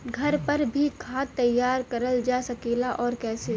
घर पर भी खाद तैयार करल जा सकेला और कैसे?